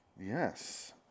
Yes